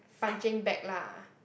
punching bag lah